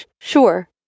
Sure